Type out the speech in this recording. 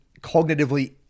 cognitively